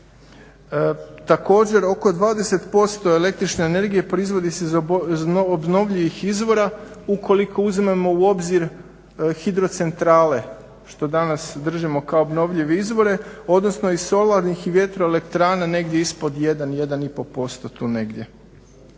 Također oko 20% električne energije proizvodi se iz obnovljivih izvora ukoliko uzmemo u obzir hidrocentrale što danas držimo kao obnovljive izvore, odnosno iz solarnih i vjetro elektrana negdje ispod jedan, jedan